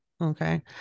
Okay